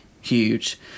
huge